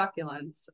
succulents